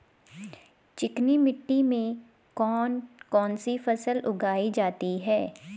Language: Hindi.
चिकनी मिट्टी में कौन कौन सी फसल उगाई जाती है?